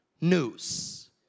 news